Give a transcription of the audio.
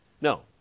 No